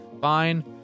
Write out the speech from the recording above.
fine